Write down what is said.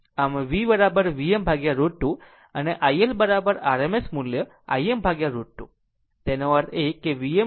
આમ V Vm√ 2 અને iL RMS મૂલ્ય Im√ 2 તેનો અર્થ છે Vmr √ 2